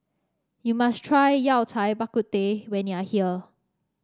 you must try Yao Cai Bak Kut Teh when you are here